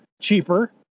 cheaper